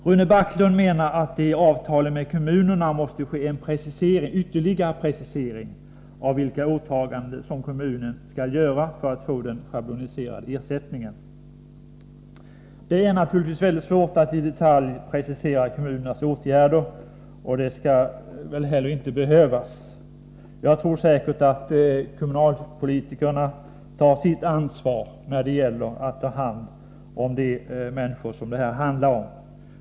Rune Backlund menar att det i avtalen med kommunerna måste ske en ytterligare precisering av vilka åtaganden som kommunerna skall göra för att få den schabloniserade ersättningen. Det är naturligtvis väldigt svårt att i detalj precisera kommunernas åtgärder, och det skall väl inte heller behövas. Jag tror säkert att kommunalpolitikerna tar sitt ansvar när det gäller att ta hand om de människor som det här handlar om.